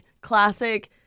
classic